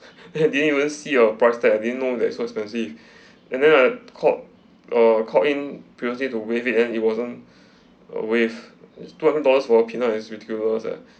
I didn't even see your price tag I didn't know that it's so expensive and then I called err called in previously to waive it and it wasn't waived it's two hundred dollars for peanut is ridiculous leh